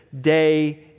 day